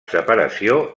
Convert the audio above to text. separació